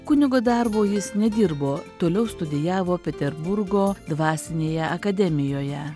kunigo darbo jis nedirbo toliau studijavo peterburgo dvasinėje akademijoje